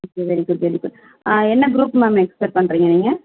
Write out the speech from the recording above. okay very good very good என்ன group ma'am expect பண்ணுறீங்க நீங்கள்